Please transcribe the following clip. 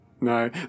No